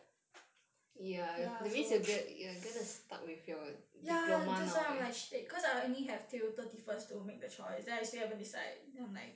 ya so ya that's why I'm like shit cause I only have till thirty first to make the choice then I still haven't decide then I'm like